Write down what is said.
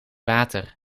water